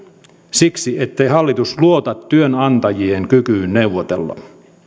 siksi ettei hallitus luota työnantajien kykyyn neuvotella